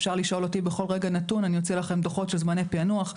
אפשר לשאול אותי בכל רגע נתון ואני אוציא לכם דוחות של זמני פענוח.